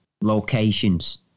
locations